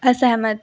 असहमत